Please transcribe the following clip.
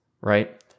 right